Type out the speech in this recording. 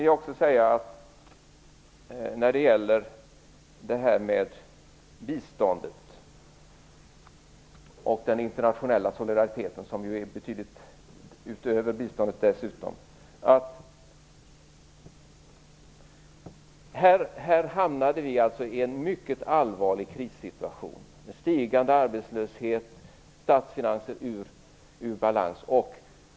Jag vill beträffande biståndet och den internationella solidariteten, som går långt utöver biståndet, säga att vi hamnade i en mycket allvarlig krissituation, med stigande arbetslöshet och statsfinanser som var ur balans.